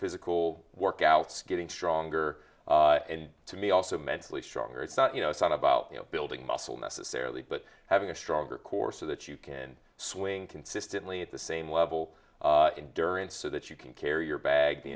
physical workouts getting stronger and to me also mentally stronger it's not you know it's not about you know building muscle necessarily but having a stronger course of that you can swing consistently at the same level in durance so that you can carry your bag the